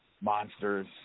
monsters